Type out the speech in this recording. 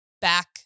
back